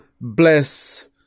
bless